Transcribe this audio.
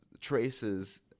traces